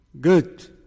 good